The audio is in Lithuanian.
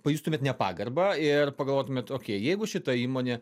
pajustumėt nepagarbą ir pagalvotumėt okei jeigu šita įmonė